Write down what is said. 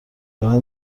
برند